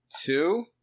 two